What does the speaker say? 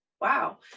wow